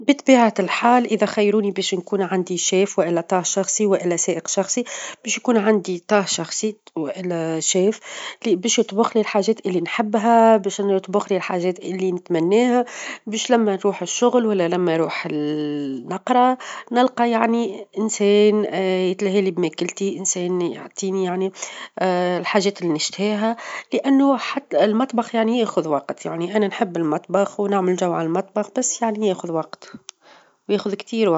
بطبيعة الحال إذا خيروني باش نكون عندي شيف، والا طاه شخصي، والا سائق شخصي، باش يكون عندي طاه شخصي، والا شيف؛ لي باش يطبخ لي اللي الحاجات اللي نحبها، باش إنه يطبخ لي الحاجات اللي نتمناها، باش لما نروح الشغل، ولا لما اروح نقرا، نلقى يعني إنسان يتلهى لي بماكلتى، إنسان يعطيني يعني الحاجات اللي نشتهيها؛ لأنه -حتى- المطبخ يعني ياخذ وقت، يعني أنا نحب المطبخ، ونعمل جو على المطبخ بس يعني ياخذ وقت، وياخذ كتير وقت.